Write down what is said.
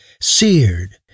seared